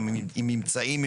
עם ממצאים,